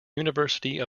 university